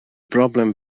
broblem